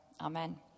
Amen